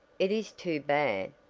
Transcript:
it is too bad,